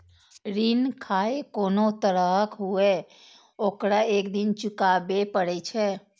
ऋण खाहे कोनो तरहक हुअय, ओकरा एक दिन चुकाबैये पड़ै छै